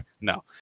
no